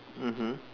mmhmm